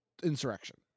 insurrection